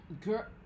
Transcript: Girl